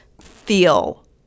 feel